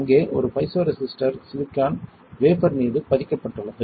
அங்கே ஒரு piezoresistor silicon wafer மீது பதிக்கப்பட்டுள்ளது